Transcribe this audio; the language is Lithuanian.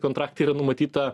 kontrakte yra numatyta